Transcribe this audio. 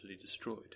destroyed